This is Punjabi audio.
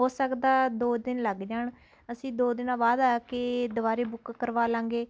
ਹੋ ਸਕਦਾ ਦੋ ਦਿਨ ਲੱਗ ਜਾਣ ਅਸੀਂ ਦੋ ਦਿਨਾਂ ਬਾਅਦ ਆ ਕੇ ਦੁਬਾਰਾ ਬੁੱਕ ਕਰਵਾ ਲਵਾਂਗੇ